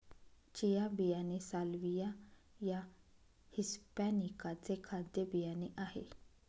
chia बियाणे Salvia या hispanica चे खाद्य बियाणे आहे